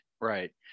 right